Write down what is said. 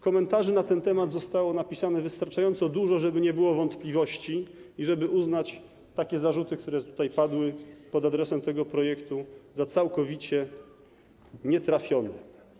Komentarzy na ten temat zostało napisanych wystarczająco dużo, żeby nie było wątpliwości i żeby uznać takie zarzuty, które padły pod adresem tego projektu, za całkowicie nietrafione.